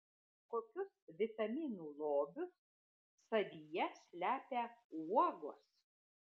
kokius vitaminų lobius savyje slepia uogos